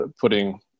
putting